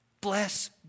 bless